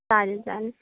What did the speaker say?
चालेल चालेल